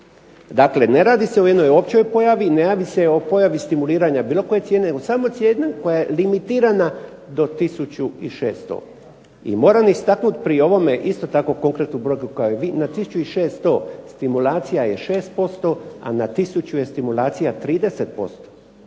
Dakle, ne radi se o jednoj općoj pojavi, ne radi se o pojavi stimuliranja bilo koje cijene nego samo cijene koja je limitirana do 1600. I moram istaknut pri ovome isto tako konkretnu brojku kao i vi na 1600 stimulacija je 6%, a na 1000 je stimulacija 30%.